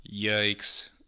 Yikes